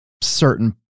certain